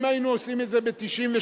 אם היינו עושים את זה ב-1998,